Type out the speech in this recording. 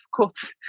difficult